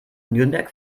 nürnberg